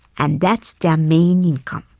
and that's their main income.